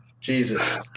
Jesus